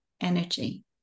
energy